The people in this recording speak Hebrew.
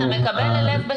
לב,